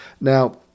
Now